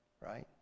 right